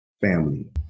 family